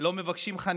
לא מבקשים חנינה.